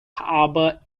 harbor